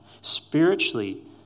Spiritually